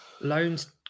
Loans